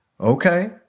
Okay